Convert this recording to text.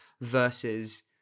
versus